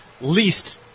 least